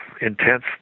intense